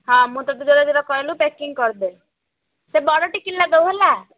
ହଁ ମୁଁ ତତେ ଯେଉଁଟା ଯେଉଁଟା କହିଲି ପ୍ୟାକିଙ୍ଗ୍ କର ଦେ ସେ ବଡ଼ ଟିକିଲ୍ଟା ଦେବୁ ହେଲା